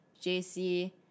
JC